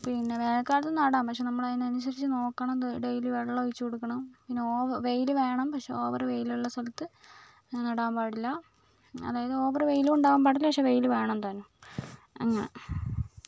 പിന്നെ വേനൽകാലത്ത് നടാം പക്ഷേ നമ്മൾ അതിനനുസരിച്ച് നോക്കണം ഡെയിലി വെള്ളം ഒഴിച്ചു കൊടുക്കണം പിന്നെ ഒവ് വെയിൽ വേണം പക്ഷെ ഓവർ വെയിൽ ഉള്ള സ്ഥലത്ത് നടാൻ പാടില്ല അതായത് ഓവർ വെയിലും ഉണ്ടാവാൻ പാടില്ല പക്ഷേ വെയിൽ വേണം താനും അങ്ങനെ